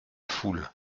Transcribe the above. foule